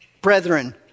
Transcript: Brethren